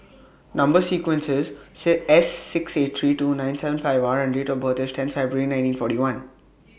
Number sequence IS six S six eight three two nine seven five R and Date of birth IS tenth February nineteen forty one